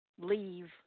leave